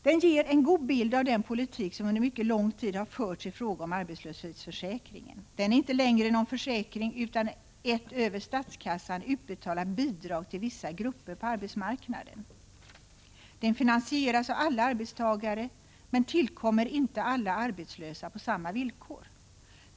Detta är en god bild av den politik som under mycket lång tid har förts i fråga om arbetslöshetsförsäkringen. Den är inte längre någon försäkring utan ett över statskassan utbetalat bidrag till vissa grupper på arbetsmarknaden. Den finansieras av alla arbetstagare men tillkommer inte alla arbetslösa på samma villkor.